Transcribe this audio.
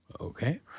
Okay